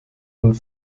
und